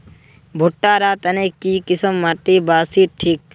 भुट्टा र तने की किसम माटी बासी ठिक?